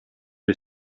her